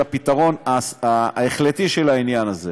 לפתרון ההחלטי של העניין הזה.